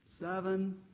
Seven